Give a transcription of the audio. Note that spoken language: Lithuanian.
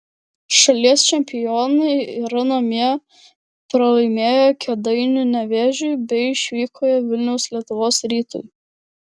šalies čempionai yra namie pralaimėję kėdainių nevėžiui bei išvykoje vilniaus lietuvos rytui